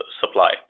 supply